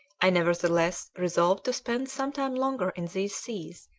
i nevertheless resolved to spend some time longer in these seas,